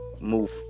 move